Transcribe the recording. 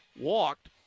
walked